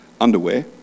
underwear